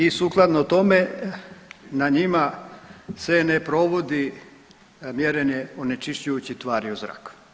I sukladno tome na njima se ne provodi mjerenje onečišćujućih tvari u zraku.